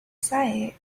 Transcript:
sight